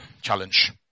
challenge